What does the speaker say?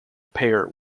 pair